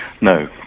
No